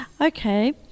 Okay